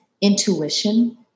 intuition